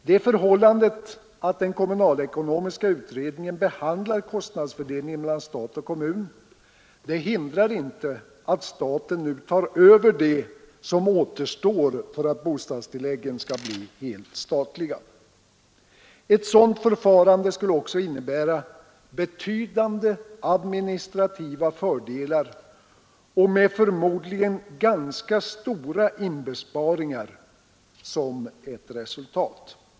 Det förhållandet att kommunalekonomiska utredningen behandlar kostnadsfördelningen mellan stat och kommun hindrar inte att staten nu tar över det som återstår för att bostadstilläggen skall bli helt statliga. Ett sådant förfarande skulle också innebära betydande administrativa fördelar och med förmodligen ganska stora inbesparingar som ett resultat.